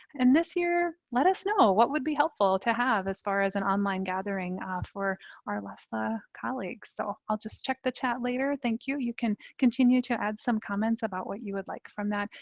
and this year let us know what would be helpful to have as far as an online gathering for our leslla colleagues. so i'll just check the chat later, thank you. you can continue to add some comments about what you would like from that.